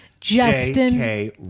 Justin